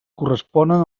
corresponen